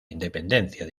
independencia